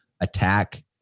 attack